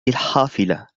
الحافلة